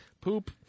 poop